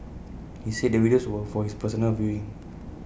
he said the videos were for his personal viewing